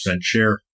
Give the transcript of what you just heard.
share